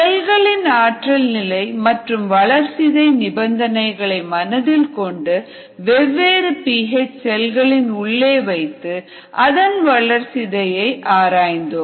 செல்களின் ஆற்றல் நிலை மற்றும் வளர்சிதை நிபந்தனைகளை மனதில் கொண்டு வெவ்வேறு பி ஹெச் செல்களின் உள்ளே வைத்து அதன் வளர்ச்சியை ஆராய்ந்தோம்